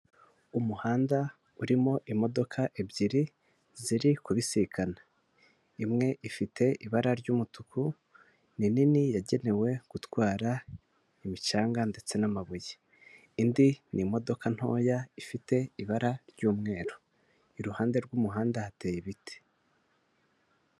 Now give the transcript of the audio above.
Umuhanda urimo imodoka ebyiri ziri kubisikana, imwe ifite ibara ry'umutuku ni nini yagenewe gutwara imicanga ndetse n'amabuye, indi n'imodoka ntoya ifite ibara ry'umweru, iruhande rw'umuhanda hateye ibiti.